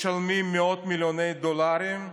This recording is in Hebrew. משלמים מאות מיליוני דולרים,